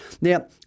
Now